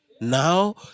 Now